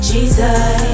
Jesus